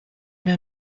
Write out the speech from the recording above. der